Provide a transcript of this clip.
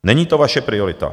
Není to vaše priorita.